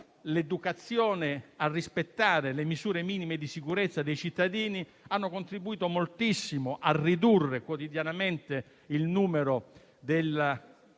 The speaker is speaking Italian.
l'educazione a rispettare le misure minime di sicurezza da parte dei cittadini hanno contribuito moltissimo a ridurre quotidianamente il numero delle